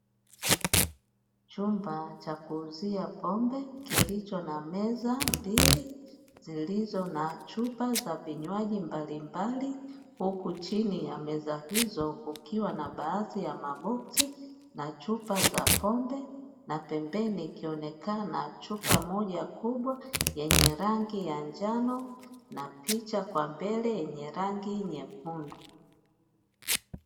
Chumba cha kuuzia pombe kilicho na meza mbili zilizo na chupa za vinywaji mbalimbali, huku chini ya meza hizo kukiwa na baadhi ya maboksi na chupa za pombe, na pembeni ikionekana chupa moja kubwa yenye rangi ya njano na picha kwa mbele yenye rangi nyekundu.